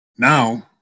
Now